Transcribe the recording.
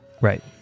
Right